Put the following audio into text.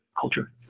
culture